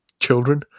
children